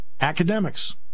Academics